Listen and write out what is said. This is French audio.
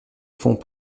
fonds